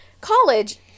college